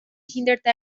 hinderte